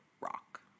rock